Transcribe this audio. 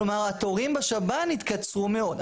כלומר התורים בשב"ן יתקצרו מאוד.